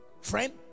friend